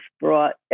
brought